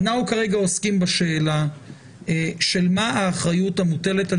אנחנו כרגע עוסקים בשאלה של מה האחריות המוטלת על